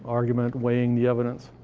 argument, weighing the evidence.